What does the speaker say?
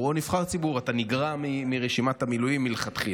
אתה נגרע מרשימת המילואים מלכתחילה.